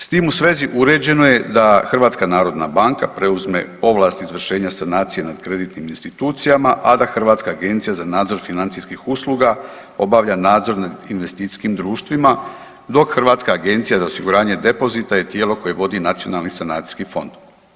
S tim u svezi uređeno je da HNB preuzme ovlasti izvršenja sanacije nad kreditnim institucijama, a da Hrvatska agencija za nadzor financijskih usluga obavlja nadzor nad investicijskim društvima dok Hrvatska agencija za osiguranje depozita je tijelo koje vodi nacionalni sanacijski fond.